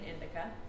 indica